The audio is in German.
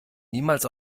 niemals